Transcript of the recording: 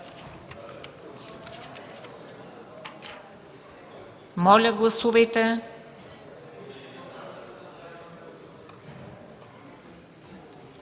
Моля, гласувайте.